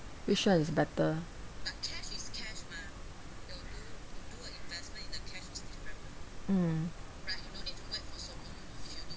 which one is better mm